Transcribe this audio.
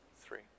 three